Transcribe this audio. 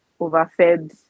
overfed